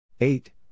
eight